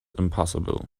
impassable